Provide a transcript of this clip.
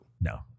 No